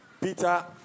Peter